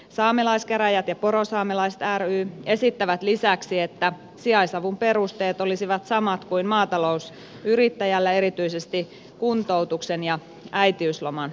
saamelaiskäräjät ja porosaamelaiset ry esittävät lisäksi että sijaisavun perusteet olisivat samat kuin maatalousyrittäjällä erityisesti kuntoutuksen ja äitiysloman osalta